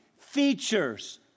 features